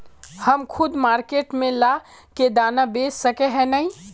हम खुद मार्केट में ला के दाना बेच सके है नय?